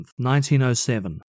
1907